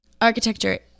architecture